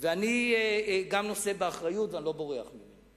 אני גם נושא באחריות ואני לא בורח ממנה,